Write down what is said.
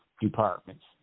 departments